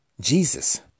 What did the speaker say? Jesus